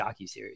docuseries